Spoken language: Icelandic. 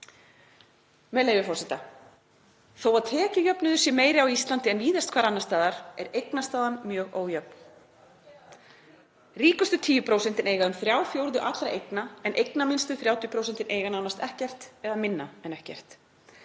með leyfi forseta: „Þó að tekjujöfnuður sé meiri á Íslandi en víðast hvar annars staðar er eignastaðan mjög ójöfn. Ríkustu tíu prósentin eiga um þrjá fjórðu allra eigna en eignaminnstu 30 prósentin eiga nánast ekkert eða minna en ekkert.